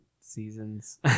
seasons